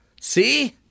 See